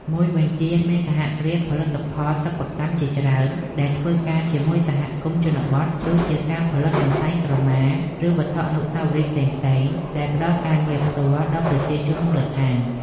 មួយវិញទៀត មានសហគ្រាសផលិតផលសិប្បកម្មជាច្រើនដែលធ្វើការជាមួយសហគមន៍ជនបទ ដូចជាការផលិតកន្សែងក្រមា ឬវត្ថុអនុស្សាវរីយ៍ផ្សេងៗ ដែលផ្តល់ការងារផ្ទាល់ដល់ប្រជាជនមូលដ្ឋាន។